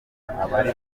abari